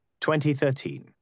2013